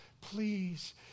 Please